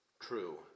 true